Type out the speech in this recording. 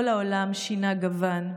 כל העולם שינה גוון.